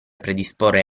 predisporre